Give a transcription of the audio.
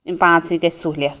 پانسٕے گَژھِ سہولیت